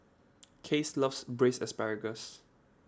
Case loves Braised Asparagus